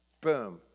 Boom